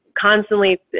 constantly